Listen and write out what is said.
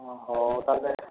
ହଉ ତାହେଲେ